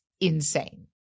insane